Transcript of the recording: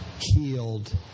healed